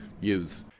use